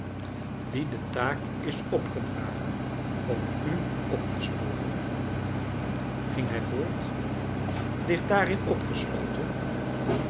wien de taak is opgedragen om u op te sporen ging hij voort ligt daarin opgesloten